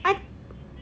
I